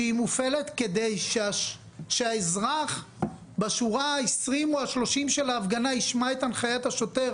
מופעלת כדי שהאזרח בשורה ה-20 או ה-30 של ההפגנה ישמע את הנחיית השוטר,